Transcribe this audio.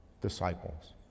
disciples